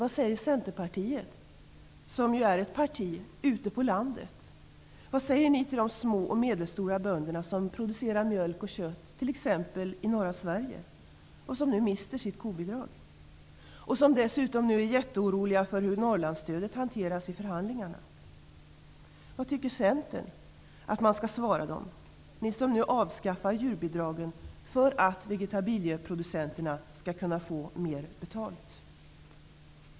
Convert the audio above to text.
Vad säger Centerpartiet, som är representerat ute på landet, till småbönderna och bönderna med medelstora gårdar som producerar mjölk och kött t.ex. i norra Sverige och som nu mister sitt kobidrag? De är dessutom jätteoroliga för hur Norrlandsstödet hanteras i förhandlingarna. Vad tycker ni i Centern att man skall svara dem -- ni som nu avskaffar djurbidragen för att vegetabilieproducenterna skall kunna få mer betalt?